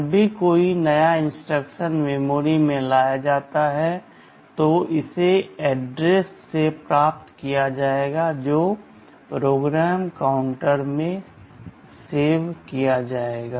जब भी कोई नया इंस्ट्रक्शन मेमोरी से लाया जाता है तो इसे उस एड्रेस से प्राप्त किया जाएगा जो PC में संग्रहीत है